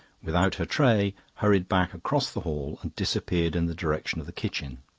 without her tray, hurried back across the hall and disappeared in the direction of the kitchen.